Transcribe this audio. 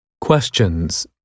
Questions